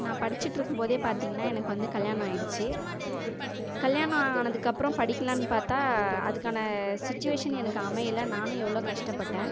நான் படிச்சிட்டுருக்கும் போதே பார்த்தீங்கன்னா எனக்கு வந்து கல்யாணம் ஆகிடிச்சி கல்யாணம் ஆனதுக்கப்புறம் படிக்கலாம்ன்னு பார்த்தா அதுக்கான சுச்சுவேஷன் எனக்கு அமையலை நானும் எவ்வளோ கஷ்டப்பட்டேன்